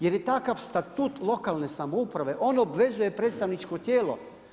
Jer je takav statut lokalne samouprave, ono obvezuje predstavničko tijelo.